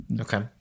Okay